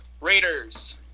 Raiders